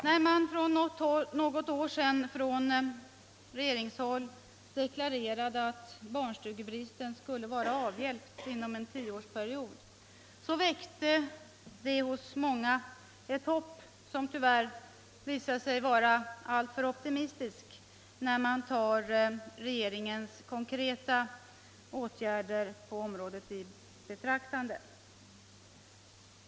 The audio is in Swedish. När man för något år sedan från regeringshåll deklarerade att barnstugebristen skulle vara avhjälpt inom en tioårsperiod väckte detta hos många ett hopp, som tyvärr visade sig vara alltför optimistiskt — om vi tar regeringens konkreta åtgärder på området i betraktande.